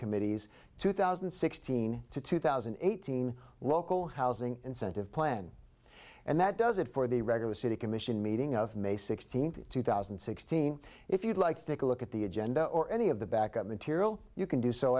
committees two thousand and sixteen to two thousand and eighteen local housing incentive plan and that does it for the regular city commission meeting of may sixteenth two thousand and sixteen if you'd like to take a look at the agenda or any of the back up material you can do so